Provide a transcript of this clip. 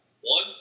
One